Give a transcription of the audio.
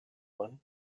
one